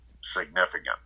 significant